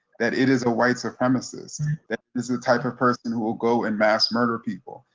that it is a white supremacist, this is the type of person who will go and mass murder people,